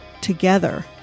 together